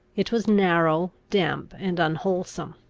it was narrow, damp, and unwholesome.